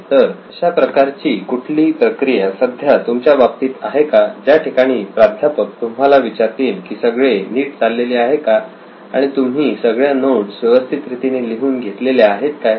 तर अशा प्रकारची कुठली प्रक्रिया सध्या तुमच्या बाबतीत आहे का ज्या ठिकाणी प्राध्यापक तुम्हाला विचारतील की सगळे नीट चाललेले आहे का आणि तुम्ही सगळ्या नोट्स व्यवस्थित रीतीने लिहून घेतलेल्या आहेत काय